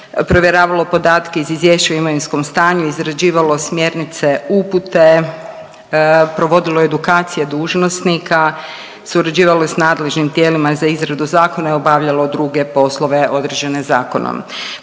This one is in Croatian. provjeravalo podatke iz izvješća o imovinskom stanju, izrađivalo smjernice, upute, provodilo edukacije dužnosnika, surađivalo s nadležnim tijelima za izradu zakona i obavljalo druge poslove određene zakonom.